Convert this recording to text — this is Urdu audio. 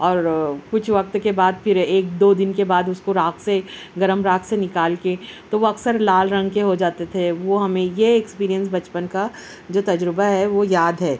اور کچھ وقت کے بعد پھر ایک دو دن کے بعد اس کو راکھ سے گرم راکھ سے نکال کے تو وہ اکثر لال رنگ کے ہو جاتے تھے وہ ہمیں یہ ایکسپیرئنس بچپن کا جو تجربہ ہے وہ یاد ہے